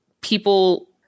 people